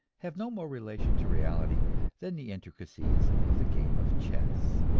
have no more relation to reality than the intricacies of the game of chess.